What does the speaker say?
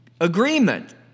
agreement